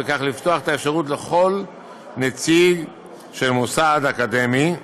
וכך לפתוח את האפשרות לכל נציג של מוסד אקדמי,